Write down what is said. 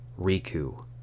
Riku